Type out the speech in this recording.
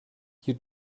you